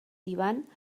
tibant